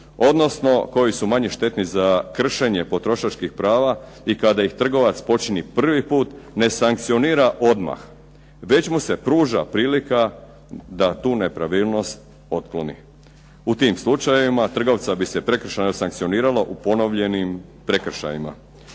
odnosno koji su manje štetni za kršenje potrošačkih prava i kada ih trgovac počini prvi put, ne sankcionira odmah, već mu se pruža prilika da tu nepravilnost potpuni. U tim slučajevima, trgovca bi se prekršajno sankcioniralo u ponovljenim prekršajima.